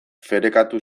ferekatu